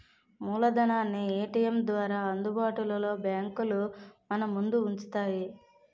మూలధనాన్ని ఏటీఎం ద్వారా అందుబాటులో బ్యాంకులు మనముందు ఉంచుతాయి